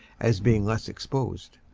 as being less exposed.